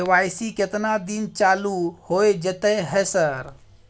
KYC केतना दिन चालू होय जेतै है सर?